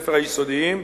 בבתי-הספר היסודיים,